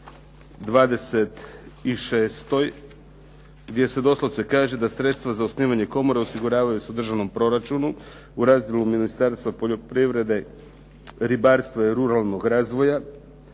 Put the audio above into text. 26. gdje se doslovce kaže da sredstva za osnivanje komore osiguravaju se u državnom proračunu, u razdjelu Ministarstva poljoprivrede, ribarstva i ruralnog razvoja